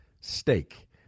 steak